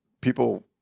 people